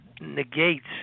negates